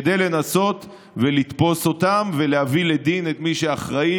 כדי לנסות ולתפוס אותם ולהביא לדין את מי שאחראי